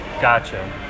Gotcha